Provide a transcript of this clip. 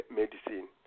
medicine